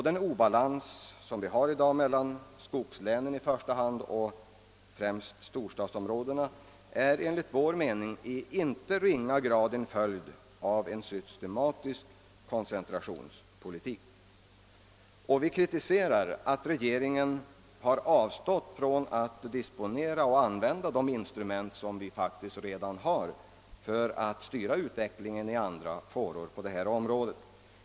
Den obalans som i dag råder mellan skogslänen och Sydsverige, främst storstadsområdena, är enligt vår mening i inte ringa grad en följd av en systematisk koncentrationspolitik. Vi kritiserar att regeringen har avstått från att använda de instrument som faktiskt redan finns för att styra utvecklingen i andra fåror på detta område.